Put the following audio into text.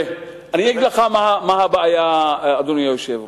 אני אגיד לך מה הבעיה, אדוני היושב-ראש.